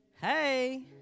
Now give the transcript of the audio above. Hey